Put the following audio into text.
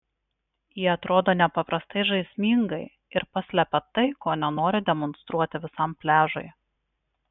jie atrodo nepaprastai žaismingai ir paslepia tai ko nenori demonstruoti visam pliažui